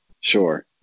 sure